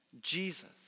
Jesus